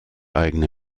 eigene